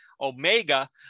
omega